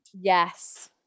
yes